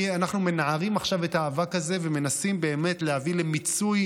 אנחנו מנערים עכשיו את האבק הזה ומנסים להביא למיצוי